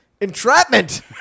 entrapment